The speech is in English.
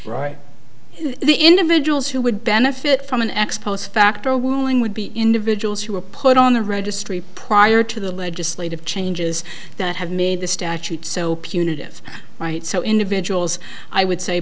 right the individuals who would benefit from an ex post facto ruling would be individuals who were put on the registry prior to the legislative changes that have made the statute so punitive right so individuals i would say